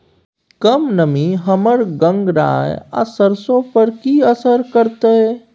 कम नमी हमर गंगराय आ सरसो पर की असर करतै?